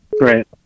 right